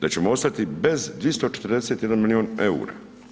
Da ćemo ostati bez 241 milion EUR-a.